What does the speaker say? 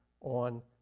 on